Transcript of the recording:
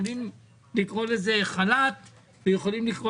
יכולים לקרוא לזה חל"ת ויכולים לקרוא